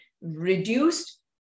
reduced